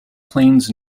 plains